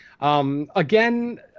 Again